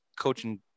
coaching